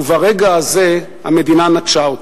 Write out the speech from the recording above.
וברגע הזה המדינה נטשה אותי.